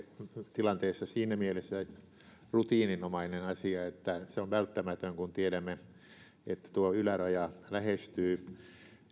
tilanteessa siinä mielessä rutiininomainen asia että se on välttämätöntä kun tiedämme että tuo yläraja lähestyy